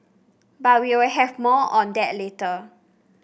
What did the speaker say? but we'll have more on that later